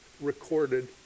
recorded